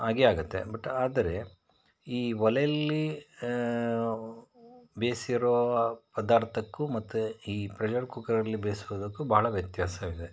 ಹಾಗೆ ಆಗುತ್ತೆ ಬಟ್ ಆದರೆ ಈ ಒಲೆಯಲ್ಲಿ ಬೇಸಿರುವ ಪದಾರ್ಥಕ್ಕೂ ಮತ್ತೆ ಈ ಪ್ರೆಷರ್ ಕುಕ್ಕರಲ್ಲಿ ಬೇಯಿಸೋದಕ್ಕೂ ಭಾಳ ವ್ಯತ್ಯಾಸವಿದೆ